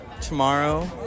Tomorrow